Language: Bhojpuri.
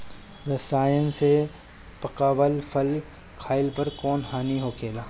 रसायन से पकावल फल खइला पर कौन हानि होखेला?